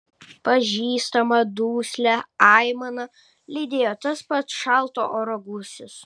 pažįstamą duslią aimaną lydėjo tas pats šalto oro gūsis